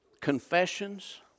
confessions